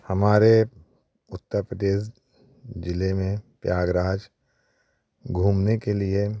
हमारे उत्तर प्रदेश ज़िले में प्रयागराज घूमने के लिए